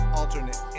alternate